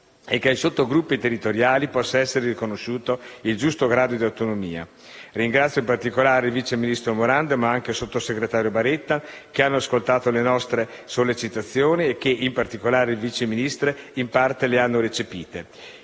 e che ai sottogruppi territoriali possa essere riconosciuto il giusto grado di autonomia. Ringrazio in particolare il vice ministro Morando, ma anche il sottosegretario Baretta, che hanno ascoltato le nostre sollecitazioni e che - in particolare il Vice Ministro - in parte le hanno recepite.